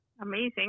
amazing